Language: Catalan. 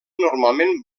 normalment